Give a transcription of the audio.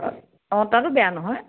অঁ তাতো বেয়া নহয়